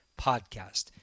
podcast